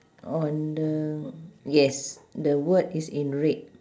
on the yes the word is in red